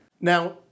Now